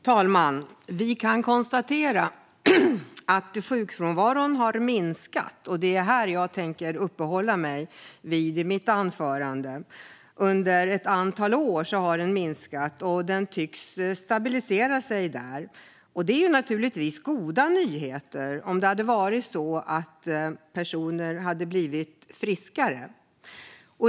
Fru talman! Sjukfrånvaron har minskat. Det är detta jag tänker uppehålla mig vid i mitt anförande. Den har minskat under ett antal år, och den tycks ha stabiliserat sig. Det är naturligtvis goda nyheter, om det hade varit så att människor hade blivit friskare.